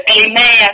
Amen